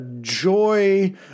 joy